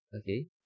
Okay